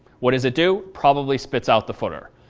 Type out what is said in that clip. what does it do? probably spits out the footer.